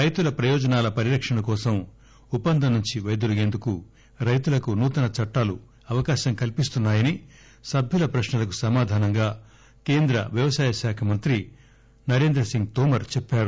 రైతుల ప్రయోజనాల పరిరక్షణ కోసం ఒప్పందం నుండి వైదొలిగేందుకు రైతులకు నూతన చట్టాలు అవకాశం కల్పిస్తున్నాయని సభ్యుల ప్రశ్నలకు సమాధానంగా కేంద్ర వ్యవసాయ మంత్రి నరేంద్రసింగ్ తోమర్ చెప్పారు